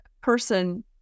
person